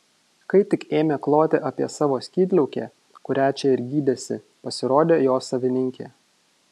kai tik ėmė kloti apie savo skydliaukę kurią čia ir gydėsi pasirodė jo savininkė